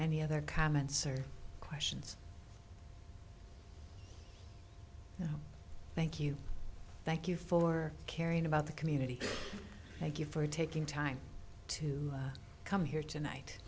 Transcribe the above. any other comments or questions thank you thank you for caring about the community thank you for taking time to come here tonight